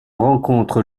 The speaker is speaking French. rencontre